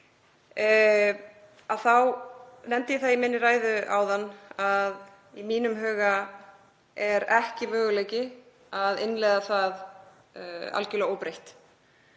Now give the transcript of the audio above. Ég nefndi það í minni ræðu áðan að í mínum huga er ekki möguleiki á að innleiða það algjörlega óbreytt.